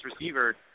receiver